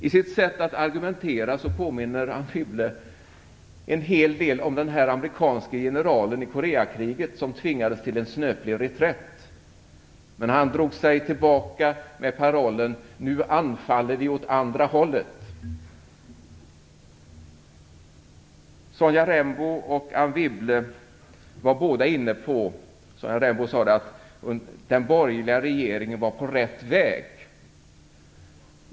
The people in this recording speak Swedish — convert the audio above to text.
I sitt sätt att argumentera påminner Anne Wibble en hel del om den amerikanske generalen i Koreakriget som tvingades till en snöplig reträtt, men drog sig tillbaka med parollen: Nu anfaller vi åt andra hållet. Sonja Rembo och Anne Wibble var båda inne på att den borgerliga regeringen var på rätt väg.